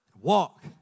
Walk